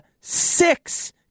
six